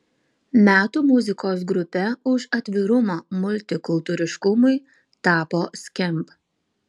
metų muzikos grupe už atvirumą multikultūriškumui tapo skamp